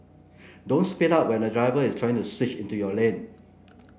don't speed up when a driver is trying to switch into your lane